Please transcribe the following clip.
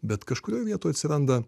bet kažkurioj vietoj atsiranda